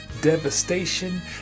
devastation